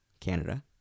Canada